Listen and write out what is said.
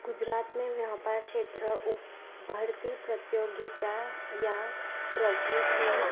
गुजरात में वापारु खेत्रु उप भरती प्रत्योगिता या प्रवृति